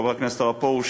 חבר הכנסת הרב פרוש,